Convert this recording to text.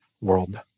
world